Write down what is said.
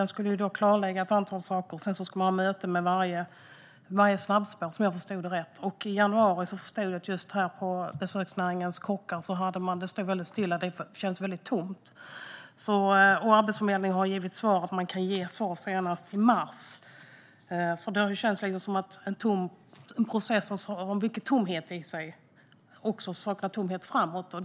Den skulle klargöra ett antal saker, och sedan skulle man ha ett möte med de ansvariga för varje snabbspår, om jag förstod det rätt. I januari såg man i besöksnäringen att det stod stilla och kändes tomt när det gäller kockar. Arbetsförmedlingen har svarat att man kan ge ett svar senast i mars. Det känns lite grann som en process som har mycket tomhet i sig, och det ser inte heller bättre ut framöver.